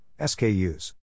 SKUs